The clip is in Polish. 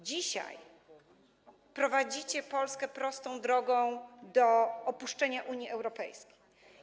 Dzisiaj prowadzicie Polskę prostą drogą do opuszczenia Unii Europejskiej.